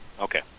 Okay